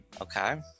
okay